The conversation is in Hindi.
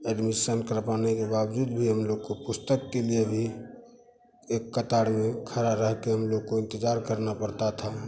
एडमीसन करवाने के बावजूद भी हम लोग को पुस्तक के लिए भी एक कतार में खड़ा रहकर हम लोग को इंतज़ार करना पड़ता था